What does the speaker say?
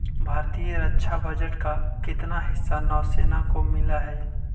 भारतीय रक्षा बजट का कितना हिस्सा नौसेना को मिलअ हई